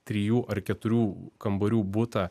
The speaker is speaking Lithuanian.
trijų ar keturių kambarių butą